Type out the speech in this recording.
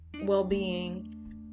well-being